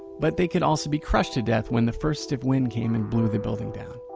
but they could also be crushed to death when the first stiff wind came and blew the building down.